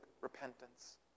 repentance